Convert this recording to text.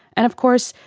and, of course,